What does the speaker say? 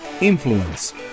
influence